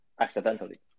accidentally